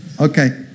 Okay